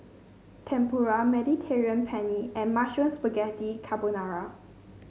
Tempura Mediterranean Penne and Mushroom Spaghetti Carbonara